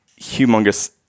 humongous